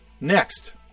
Next